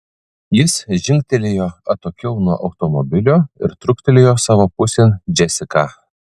jis žingtelėjo atokiau nuo automobilio ir truktelėjo savo pusėn džesiką